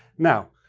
now,